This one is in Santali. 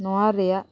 ᱱᱚᱣᱟ ᱨᱮᱭᱟᱜ